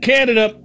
Canada